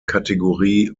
kategorie